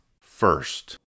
first